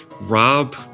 rob